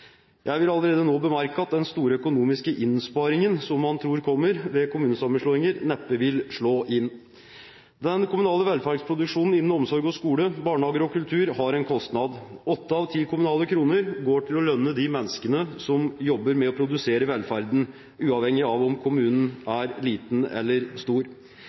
Jeg vil allerede nå bemerke at den store økonomiske innsparingen som man tror kommer ved kommunesammenslåinger, neppe vil slå inn. Den kommunale velferdsproduksjonen innen omsorg, skole, barnehager og kultur har en kostnad. Åtte av ti kommunale kroner går til å lønne de menneskene som jobber med å produsere velferden, uavhengig av om kommunen er liten eller stor.